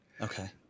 Okay